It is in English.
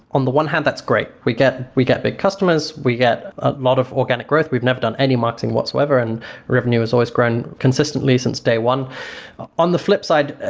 on the one hand, that's great. we get we get big customers, we get a lot of organic growth, we've never done any marketing whatsoever and revenue has always grown consistently since day one on the flip side,